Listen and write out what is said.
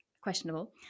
questionable